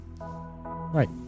Right